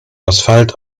asphalt